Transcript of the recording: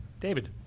David